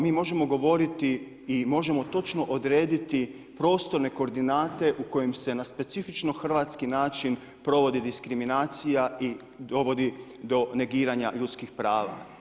Mi možemo govoriti i možemo točno odrediti prostorne koordinate u kojem se na specifično hrvatski način provodi diskriminacija i dovodi do negiranja ljudskih prava.